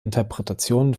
interpretationen